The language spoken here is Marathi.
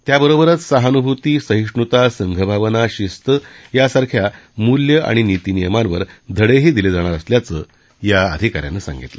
त्याबरोबरच सहानुभूती सहिष्णुता संघभावना शिस्त यासारख्या मूल्य आणि निती नियमांवर धडेही दिले जाणार असल्याचं या अधिका यांनी सांगितलं